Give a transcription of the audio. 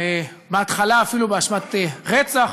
בהתחלה אפילו באשמת רצח,